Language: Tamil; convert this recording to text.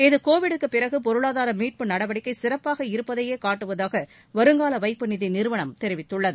இது கோவிட்டுக்கு பிறகு பொருளாதார மீட்பு நடவடிக்கை சிறப்பாக இருப்பதையே காட்டுவதாக வருங்கால வைப்பு நிதி நிறுவனம் தெரிவித்துள்ளது